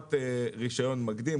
חובת רישיון מקדים.